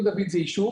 ניר דוד הוא ישוב